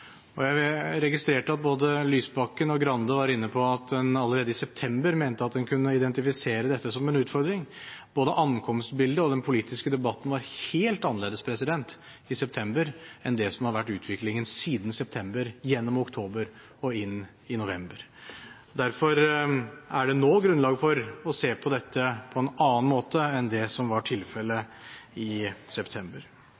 Jeg registrerte at både Lysbakken og Skei Grande var inne på at en allerede i september mente at en kunne identifisere dette som en utfordring. Både ankomstbildet og den politiske debatten var helt annerledes i september enn det som har vært utviklingen siden september, gjennom oktober og inn i november. Derfor er det nå grunnlag for å se på dette på en annen måte enn det som var tilfellet i september.